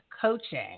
coaching